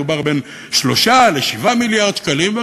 מדובר בין 3 ל-7 מיליארד שקלים,